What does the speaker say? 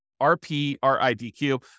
R-P-R-I-D-Q